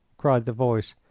cried the voice,